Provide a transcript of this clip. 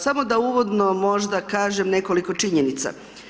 Samo da uvodno možda kažem nekoliko činjenica.